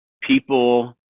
people